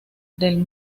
del